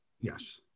Yes